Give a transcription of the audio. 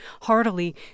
heartily